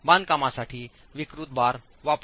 बांधकामासाठी विकृत बार वापरा